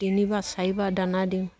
তিনিবাৰ চাৰিবাৰ দানা দিওঁ